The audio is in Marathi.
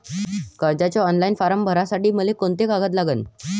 कर्जाचे ऑनलाईन फारम भरासाठी मले कोंते कागद लागन?